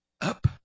Up